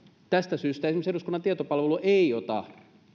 tästä syystä esimerkiksi eduskunnan tietopalvelu ei ota